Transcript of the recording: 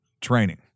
Training